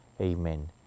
Amen